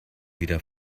wieder